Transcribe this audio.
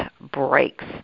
breaks